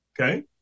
okay